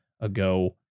ago